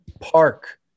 park